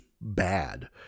bad